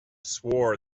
swore